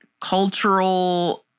cultural